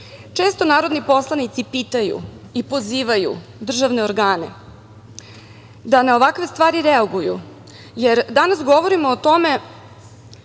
piše. Često narodni poslanici pitaju i pozivaju državne organe da na ovakve stvari reaguju, jer danas govorimo o tome…